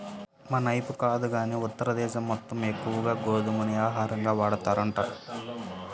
మనైపు కాదు గానీ ఉత్తర దేశం మొత్తం ఎక్కువగా గోధుమనే ఆహారంగా వాడతారంట